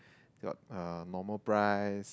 got uh normal price